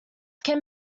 can